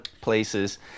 places